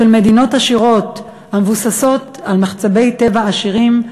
של מדינות עשירות המבוססות על מחצבי טבע עשירים,